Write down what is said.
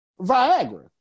Viagra